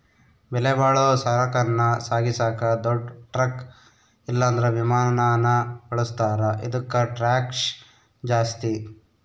ಬೆಲೆಬಾಳೋ ಸರಕನ್ನ ಸಾಗಿಸಾಕ ದೊಡ್ ಟ್ರಕ್ ಇಲ್ಲಂದ್ರ ವಿಮಾನಾನ ಬಳುಸ್ತಾರ, ಇದುಕ್ಕ ಟ್ಯಾಕ್ಷ್ ಜಾಸ್ತಿ